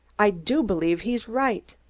i do believe he's right!